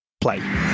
Play